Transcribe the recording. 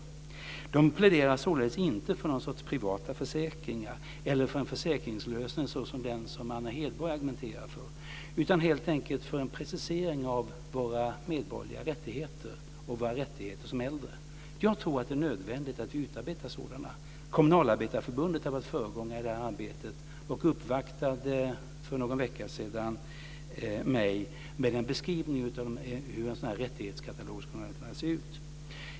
Författarna pläderar således inte för någon sorts privata försäkringar eller för en försäkringslösning som den som Anna Hedborg argumenterar för, utan helt enkelt för en precisering av våra medborgerliga rättigheter och våra rättigheter som äldre. Jag tror att det är nödvändigt att vi utarbetar sådana. Kommunalarbetareförbundet har varit föregångare i detta arbete, och uppvaktade för någon vecka sedan mig med en beskrivning av hur en sådan här rättighetskatalog skulle kunna se ut.